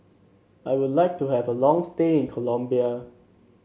I would like to have a long stay in Colombia